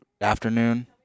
afternoon